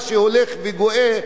מה שהולך וגואה,